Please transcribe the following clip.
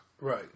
Right